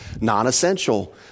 non-essential